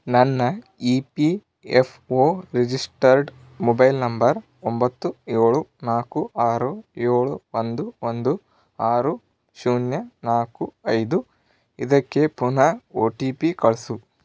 ನನ್ನ E P F O registered mobile number ಒಂಬತ್ತು ಏಳು ನಾಲ್ಕು ಆರು ಏಳು ಒಂದು ಒಂದು ಆರು ಶೂನ್ಯ ನಾಲ್ಕು ಐದು ಇದಕ್ಕೆ ಪುನಃ ಒ ಟಿ ಪಿ ಕಳಿಸು